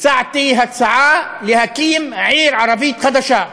הצעתי הצעה להקים עיר ערבית חדשה.